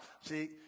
see